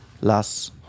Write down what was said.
las